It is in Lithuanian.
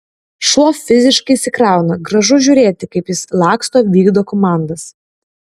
šuo fiziškai išsikrauna gražu žiūrėti kaip jis laksto vykdo komandas